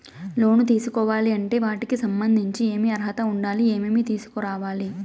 లోను తీసుకోవాలి అంటే వాటికి సంబంధించి ఏమి అర్హత ఉండాలి, ఏమేమి తీసుకురావాలి